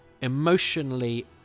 emotionally